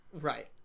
right